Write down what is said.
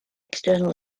external